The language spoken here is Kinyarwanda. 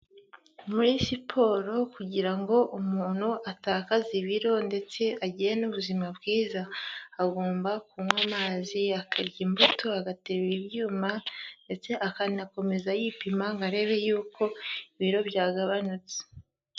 Muri siporo kugira ngo umuntu atakaze ibiro ndetse agire n'ubuzima bwiza agomba kunywa amazi, akarya imbuto, agaterura ibyuma ndetse akanakomeza yipima ngo arebe y'uko ibiro byagabanyutse.